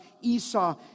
Esau